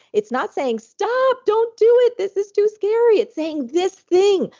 it's not saying, stop! don't do it! this is too scary! it's saying this thing,